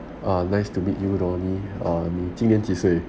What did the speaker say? nice to meet you would only um 今年几岁